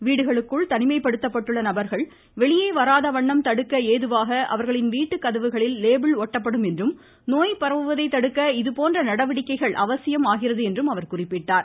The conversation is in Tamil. வீடுகளுக்குள் தனிமைப்படுத்தப்பட்டுள்ள நபர்கள் வெளியே வராதவண்ணம் தடுக்க ஏதுவாக அவர்களின் வீட்டு கதவுகளில் லேபிள் ஒட்டப்படும் என்றும் நோய் பரவுவதை தடுக்க இதுபோன்ற நடவடிக்கைகள் அவசியம் ஆகிறது என்றும் அவர் குறிப்பிட்டார்